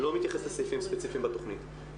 אני לא מתייחס לסעיפים ספציפיים בתכנית.